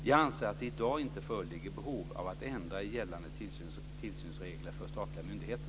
Jag anser att det i dag inte föreligger behov av att ändra i gällande tillsynsregler för statliga myndigheter.